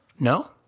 No